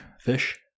fish